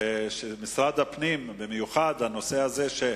משרד הפנים, במיוחד הנושא הזה,